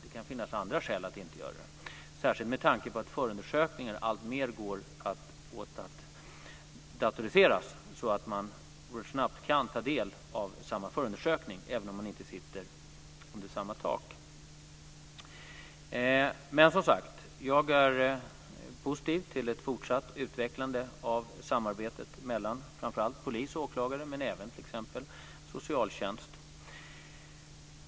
Det kan finnas skäl att inte göra det, särskilt med tanke på att det alltmer går mot en datorisering av förundersökningar. Det gör att man snabbt kan ta del av samma förundersökning, även om man inte sitter under samma tak. Som sagt, jag är positiv till ett fortsatt utvecklande av samarbetet mellan framför allt polis och åklagare men även med t.ex. socialtjänst.